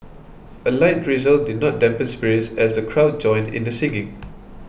a light drizzle did not dampen spirits as the crowd joined in the singing